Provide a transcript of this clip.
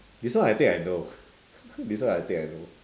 this one I think I know this one I think I know